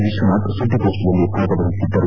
ವಿಜ್ಞಾಢ್ ಸುದ್ದಿಗೋಷ್ಠಿಯಲ್ಲಿ ಭಾಗವಹಿಸಿದ್ದರು